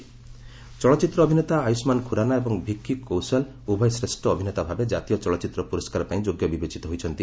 national film award ଚଳଚ୍ଚିତ୍ର ଅଭିନେତା ଆୟୁଷ୍କାନ୍ ଖୁରାନା ଏବଂ ଭିକି କୌଶାଲ୍ ଉଭୟ ଶ୍ରେଷ୍ଠ ଅଭିନେତା ଭାବେ ଜାତୀୟ ଚଳଚ୍ଚିତ୍ର ପୁରସ୍କାର ପାଇଁ ଯୋଗ୍ୟ ବିବେଚିତ ହୋଇଛନ୍ତି